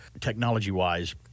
technology-wise